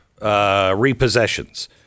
repossessions